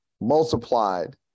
multiplied